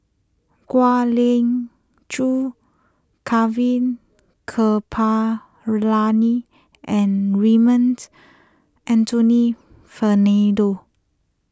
Kwek Leng Joo Gaurav Kripalani and Raymond Anthony Fernando